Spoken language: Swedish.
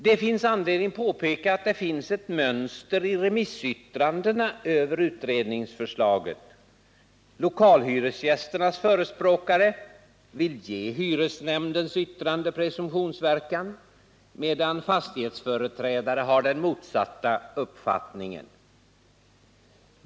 Det finns anledning påpeka att det finns ett mönster i remissyttrandena över utredningsförslaget. Lokalhyresgästernas förespråkare vill ge hyresnämndens yttrande presumtionsverkan, medan fastighetsföreträdare har den motsatta uppfattningen.